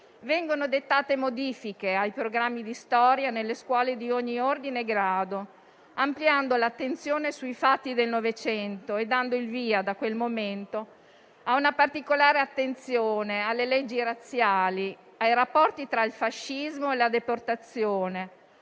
vengono dettate modifiche ai programmi di storia nelle scuole di ogni ordine e grado, ampliando l'attenzione sui fatti del Novecento e dando il via, da quel momento, a una particolare attenzione alle leggi razziali, ai rapporti tra il fascismo e la deportazione,